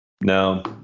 No